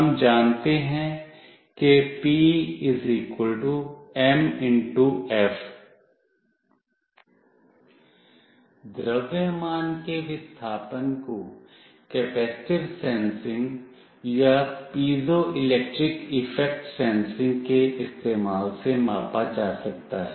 हम जानते हैं कि P m x f द्रव्यमान के विस्थापन को कैपेसिटिव सेंसिंग या पीज़ोइलेक्ट्रिक इफेक्ट सेंसिंग के इस्तेमाल से मापा जा सकता है